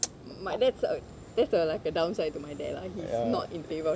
my dad uh that's like a downside to my dad lah he's not in favour